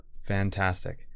Fantastic